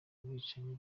ubwicanyi